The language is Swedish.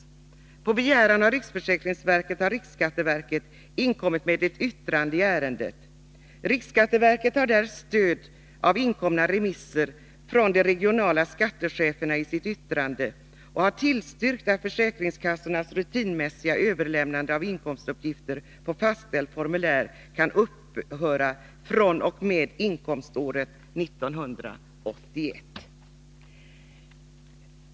S ; På begäran av riksförsäkringsverket har riksskatteverket inkommit med yttrande i ärendet. Riksskatteverket har stöd av inkomna uppgifter från de regionala skattecheferna i sitt yttrande och har tillstyrkt att försäkringskassornas rutinmässiga överlämnande av inkomstuppgifter på fastställt formulär kan upphöra fr.o.m. inkomståret 1981.